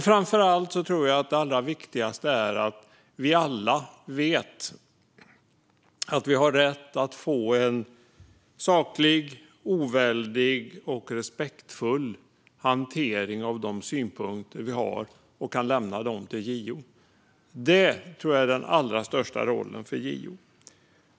Framför allt tror jag att det allra viktigaste är att vi alla vet att vi har rätt att få en saklig, oväldig och respektfull hantering av de synpunkter vi har och att vi kan lämna dem till JO. Det tror jag är den allra största rollen för JO.